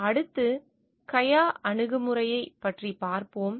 அடுத்து கையா அணுகுமுறையைப் பார்ப்போம்